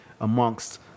amongst